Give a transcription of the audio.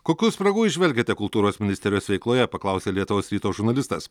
kokių spragų įžvelgiate kultūros ministerijos veikloje paklausė lietuvos ryto žurnalistas